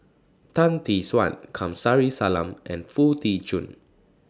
Tan Tee Suan Kamsari Salam and Foo Tee Jun